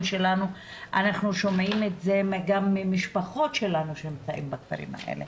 שלנו ואנחנו שומעים את זה גם ממשפחות שלנו שנמצאות בכפרים האלה.